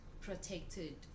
protected